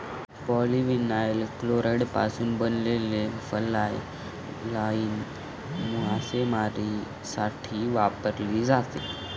polyvinyl क्लोराईडपासून बनवलेली fly line मासेमारीसाठी वापरली जाते